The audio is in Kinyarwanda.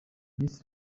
miss